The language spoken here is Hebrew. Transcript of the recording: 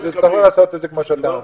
אז יצטרכו לעשות את זה כמו שאתה אומר.